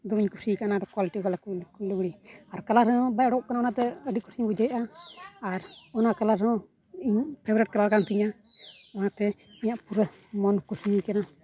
ᱫᱚᱢᱮᱧ ᱠᱩᱥᱤ ᱟᱠᱟᱱᱟ ᱠᱚᱣᱟᱞᱤᱴᱤ ᱵᱟᱞᱟ ᱞᱩᱜᱽᱲᱤᱡ ᱟᱨ ᱠᱟᱞᱟᱨ ᱦᱚᱸ ᱵᱟᱭ ᱩᱰᱩᱠᱚᱜ ᱠᱟᱱᱟ ᱚᱱᱟᱛᱮ ᱟᱹᱰᱤ ᱠᱩᱥᱤᱧ ᱵᱩᱡᱷᱟᱹᱣᱮᱫᱟ ᱟᱨ ᱚᱱᱟ ᱠᱟᱞᱟᱨ ᱦᱚᱸ ᱤᱧ ᱯᱷᱮᱵᱽᱨᱤᱴ ᱠᱟᱞᱟᱨ ᱠᱟᱱ ᱛᱤᱧᱟ ᱚᱱᱟᱛᱮ ᱤᱧᱟᱹᱜ ᱯᱩᱨᱟᱹ ᱢᱚᱱ ᱠᱚ ᱠᱩᱥᱤ ᱟᱠᱟᱱᱟ